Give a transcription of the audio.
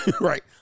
Right